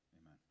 Amen